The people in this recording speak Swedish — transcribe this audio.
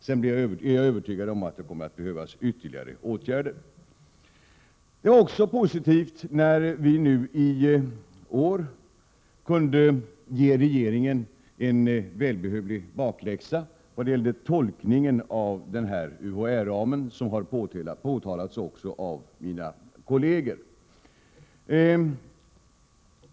Dessutom är jag övertygad om att det kommer att behövas ytterligare åtgärder. Det är också positivt att vi nu i år kunde ge regeringen en välbehövlig bakläxa vad gällde tolkningen av UHÄ-ramen, som har påtalats också av mina kolleger.